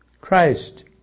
Christ